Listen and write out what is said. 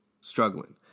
struggling